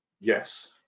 Yes